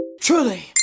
truly